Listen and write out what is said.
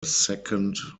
second